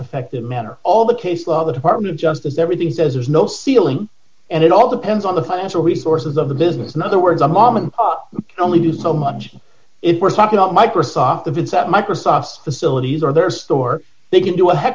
effective manner all the case all the department of justice everything does there's no ceiling and it all depends on the financial resources of the business in other words a moment only do so much if we're talking about microsoft the vis that microsoft facilities or their store they can do a heck